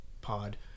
pod